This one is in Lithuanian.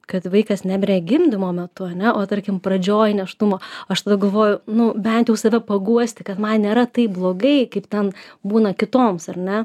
kad vaikas nemirė gimdymo metu ane o tarkim pradžioj nėštumo aš tada galvoju nu bent jau save paguosti kad man nėra taip blogai kaip ten būna kitoms ar ne